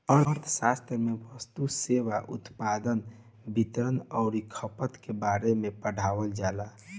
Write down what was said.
अर्थशास्त्र में वस्तु, सेवा, उत्पादन, वितरण अउरी खपत के बारे में पढ़ावल जाला